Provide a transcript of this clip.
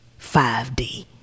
5D